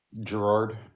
gerard